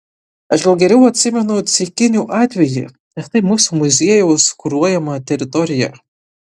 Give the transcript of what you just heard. aš gal geriau atsimenu ceikinių atvejį nes tai mūsų muziejaus kuruojama teritorija